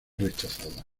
rechazada